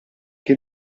che